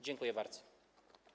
Dziękuję bardzo.